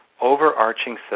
overarching